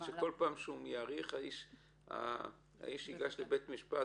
שכל פעם שהוא יאריך האיש ייגש לבית משפט